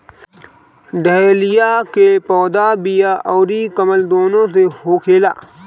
dahlia के पौधा बिया अउरी कलम दूनो से होखेला